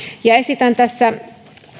ja esitän tässä